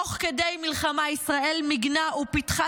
תוך כדי מלחמה ישראל מיגנה ופיתחה